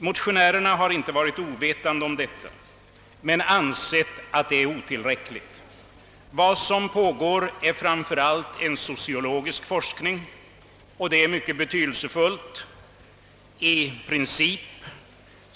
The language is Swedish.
Motionärerna har inte varit ovetande härom men anser att det är otillräckligt. Vad som pågår är framför allt en sociologisk forskning som i och för sig är mycket betydelsefull.